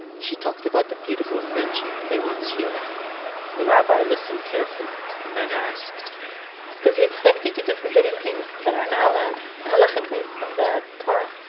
she talked about the beautiful friendship they once shared the rabbi listened carefully, and then asked does he expect you to do forbidden things that are not allowed halachically, from the torah?